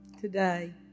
today